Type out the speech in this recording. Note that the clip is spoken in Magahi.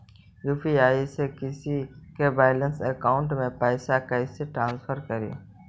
यु.पी.आई से किसी के बैंक अकाउंट में पैसा कैसे ट्रांसफर करी?